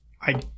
I-